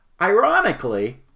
Ironically